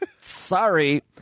sorry